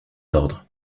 ordre